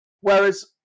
Whereas